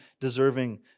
deserving